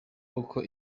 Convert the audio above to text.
uko